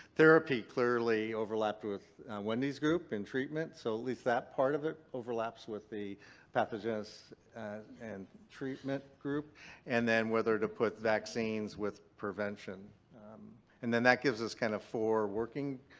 therapy clearly overlapped with wendy's group and treatment so at least that part of it overlaps with the pathogenesis and treatment group and then whether to put vaccines vaccines with prevention and then that gives us kind of four working.